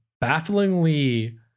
bafflingly